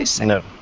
no